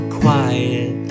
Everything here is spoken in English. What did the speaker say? quiet